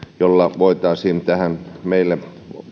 jolla voitaisiin tähän meille